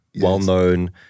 well-known